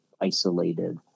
isolated